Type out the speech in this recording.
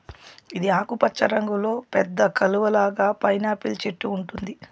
ఇది ఆకుపచ్చ రంగులో పెద్ద కలువ లాగా పైనాపిల్ చెట్టు ఉంటుంది